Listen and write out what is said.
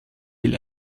will